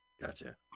Gotcha